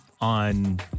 on